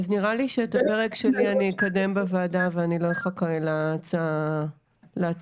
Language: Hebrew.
אז נראה לי שאת הפרק שלי אני אקדם בוועדה ואני לא אחכה להצעה הגורפת.